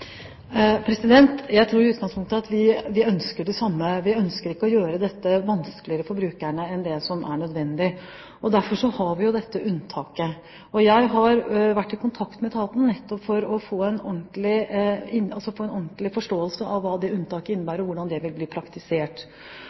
Jeg tror at vi i utgangspunktet ønsker det samme. Vi ønsker ikke å gjøre dette vanskeligere for brukerne enn det som er nødvendig. Derfor har vi jo dette unntaket. Jeg har vært i kontakt med etaten nettopp for å få en ordentlig forståelse av hva det unntaket innebærer, og hvordan det vil bli praktisert.